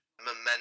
momentum